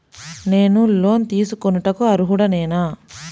నేను లోన్ తీసుకొనుటకు అర్హుడనేన?